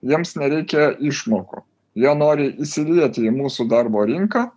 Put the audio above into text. jiems nereikia išmokų jie nori įsilieti į mūsų darbo rinką